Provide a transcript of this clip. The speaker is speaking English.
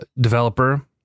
developer